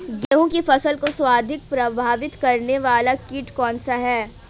गेहूँ की फसल को सर्वाधिक प्रभावित करने वाला कीट कौनसा है?